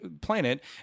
planet